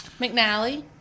McNally